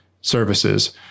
services